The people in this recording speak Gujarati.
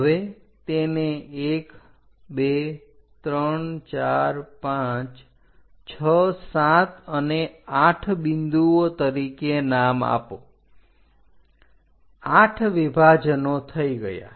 હવે તેને 12 34567 અને 8 બિંદુઓ તરીકે નામ આપો 8 વિભાજનો થઈ ગયા